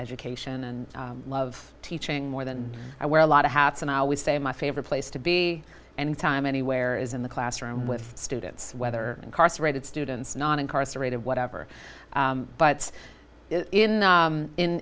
education and love teaching more than i wear a lot of hats and i always say my favorite place to be anytime anywhere is in the classroom with students whether incarcerated students non incarcerated whatever but in